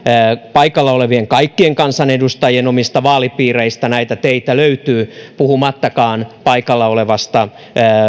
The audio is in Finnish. paikalla olevien kaikkien kansanedustajien omista vaalipiireistä näitä teitä löytyy puhumattakaan paikalla olevasta